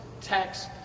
tax